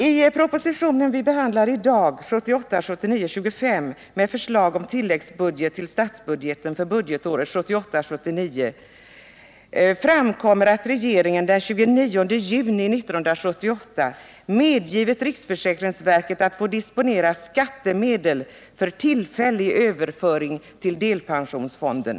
I den proposition vi behandlar i dag, 1978 79, framkommer att regeringen den 29 juni 1978 medgivit riksförsäkringsverket att få disponera skattemedel för tillfällig överföring till delpensionsfonden.